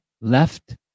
left